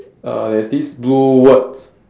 uh there's these blue words